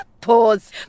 pause